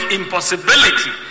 impossibility